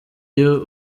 iyo